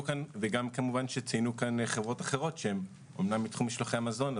כמובן שציינו כאן חברות אחרות שאמנם הן בתחום משלוחי המזון,